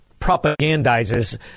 propagandizes